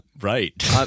Right